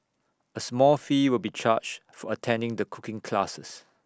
A small fee will be charged for attending the cooking classes